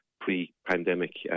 pre-pandemic